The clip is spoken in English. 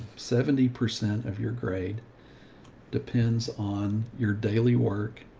seventy percent of your grade depends on your daily work,